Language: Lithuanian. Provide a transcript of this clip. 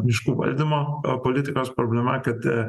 miškų valdymo politikos problema kad